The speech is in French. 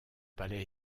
palais